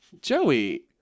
Joey